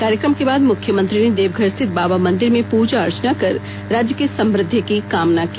कार्यक्रम के बाद मुख्यमंत्री ने देवघर स्थित बाबा मंदिर में पूजा अर्चना कर राज्य की समृद्धि की कामना की